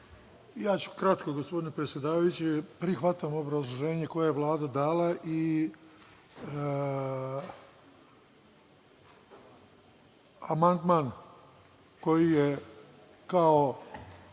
Ja ću kratko, gospodine predsedavajući. Prihvatam obrazloženje koje je Vlada dala i amandman koji je kao